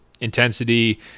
intensity